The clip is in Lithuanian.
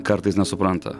kartais nesupranta